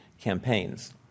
campaigns